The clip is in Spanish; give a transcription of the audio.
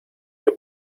que